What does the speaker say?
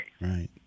Right